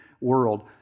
world